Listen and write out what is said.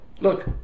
Look